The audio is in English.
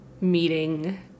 meeting